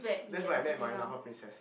that's where I met my NAFA princess